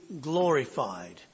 glorified